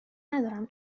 ندارم